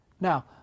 Now